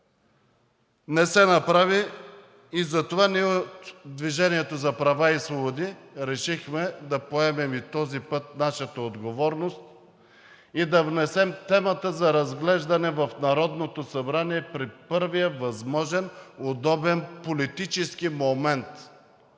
Не се направи и затова ние от „Движение за права и свободи“ решихме да поемем и този път нашата отговорност и да внесем темата за разглеждане в Народното събрание при първия възможен удобен политически момент.